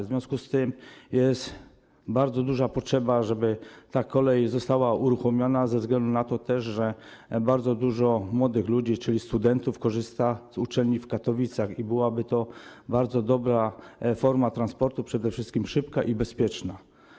W związku z tym jest bardzo duża potrzeba, żeby kolej została uruchomiona też ze względu na to, że bardzo dużo młodych ludzi, studentów korzysta z uczelni w Katowicach i byłaby to bardzo dobra forma transportu, przede wszystkim szybka i bezpieczna.